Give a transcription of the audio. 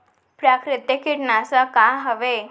प्राकृतिक कीटनाशक का हवे?